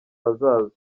hazaza